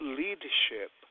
leadership